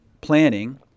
planning